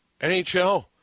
NHL